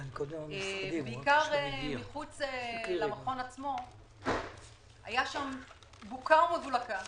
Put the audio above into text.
בעיקר מחוץ למכון עצמו הייתה בוקה ומבולקה,